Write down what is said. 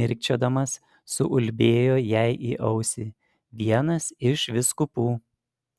mirkčiodamas suulbėjo jai į ausį vienas iš vyskupų